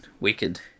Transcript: Wicked